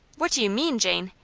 what do you mean, jane?